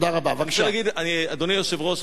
אדוני היושב-ראש,